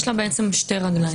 יש לה שתי רגליים.